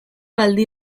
aldi